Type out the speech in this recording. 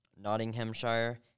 Nottinghamshire